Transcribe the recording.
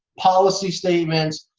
policy statements.